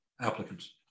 applicants